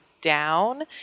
down